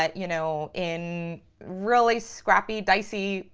ah you know, in really scrappy, dicey,